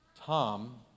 Tom